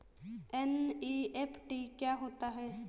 NEFT क्या होता है?